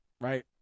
right